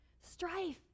Strife